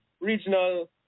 regional